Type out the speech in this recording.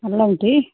అల్లం టీ